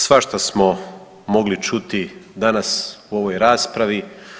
Svašta smo mogli čuti danas u ovoj raspravi.